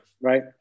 right